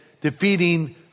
defeating